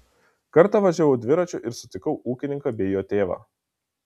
kartą važiavau dviračiu ir sutikau ūkininką bei jo tėvą